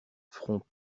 front